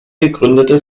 gegründete